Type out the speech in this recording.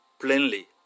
plainly